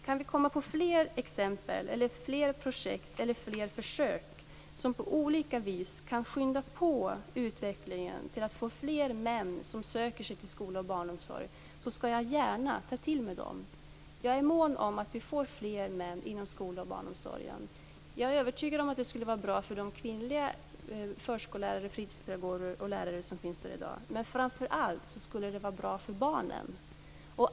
Kan vi komma på fler exempel, fler projekt eller fler försök som på olika vis kan skynda på utvecklingen mot att få fler män som söker sig till skola och barnomsorg, så skall jag gärna ta till mig dem. Jag är mån om att vi får fler män inom skolan och barnomsorgen. Jag är övertygad om att det skulle vara bra för de kvinnliga förskollärare, fritidspedagoger och lärare som finns där i dag. Men framför allt skulle det vara bra för barnen.